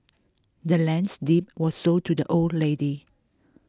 the land's deed was sold to the old lady